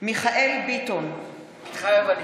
מיכאל מרדכי ביטון, מתחייב אני